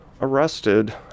arrested